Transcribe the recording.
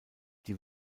die